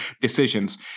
decisions